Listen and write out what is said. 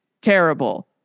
terrible